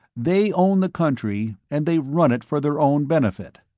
they own the country and they run it for their own benefit.